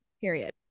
Period